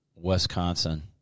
Wisconsin